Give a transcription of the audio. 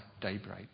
daybreak